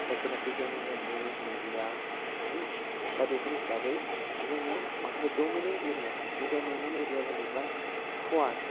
जायखौनाखि जोङो news media हुम दा बेफोर हिसाबै जोङो माखासे दमिनेन्ट एरिया बे दमिनेन्ट एरिया जाहैबाय फुवार